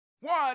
one